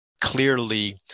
clearly